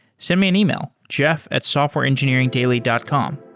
send me an email, jeff at softwareengineeringdaily dot com